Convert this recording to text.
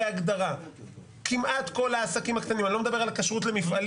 לדעתנו צריך לשקול היטב אם לא להסתפק רק בפרק